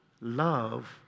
love